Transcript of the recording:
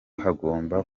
hagomba